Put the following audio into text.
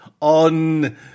on